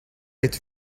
êtes